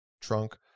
trunk